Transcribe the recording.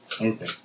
Okay